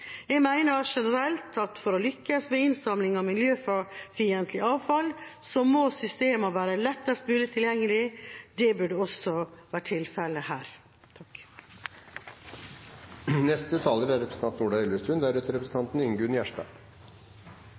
Jeg mener generelt at for å lykkes med innsamling av miljøfiendtlig avfall må systemene være lettest mulig tilgjengelig. Det burde også vært tilfellet her. Jeg syns det er